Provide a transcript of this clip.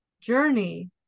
journey